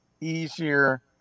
easier